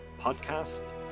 podcast